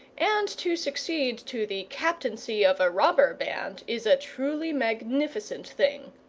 and to succeed to the captaincy of a robber band is a truly magnificent thing.